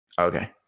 Okay